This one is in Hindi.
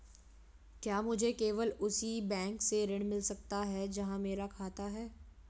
क्या मुझे केवल उसी बैंक से ऋण मिल सकता है जहां मेरा खाता है?